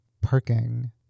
parking